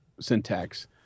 syntax